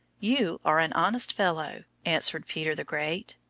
you are an honest fellow, answered peter the great,